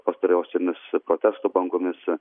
pastarosiomis protestų bangomis